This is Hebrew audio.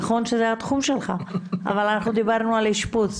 נכון שזה התחום שלך, אבל אנחנו דיברנו על אשפוז.